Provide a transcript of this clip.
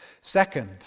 Second